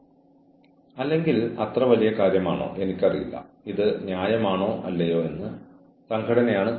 ഒരു വ്യക്തിയുടെ പ്രകടനത്തിലോ പെരുമാറ്റത്തിലോ മെച്ചപ്പെടുത്തുന്നതിന് അനുയോജ്യമായ ലക്ഷ്യങ്ങളും സമയ സ്കെയിലുകളും അംഗീകരിക്കാനുള്ള അവസരമായി ചില വഴക്കങ്ങൾ ആവശ്യമാണ്